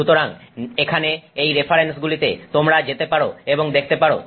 সুতরাং এখানে এই রেফারেন্সগুলিতে তোমরা যেতে পারো এবং দেখতে পারো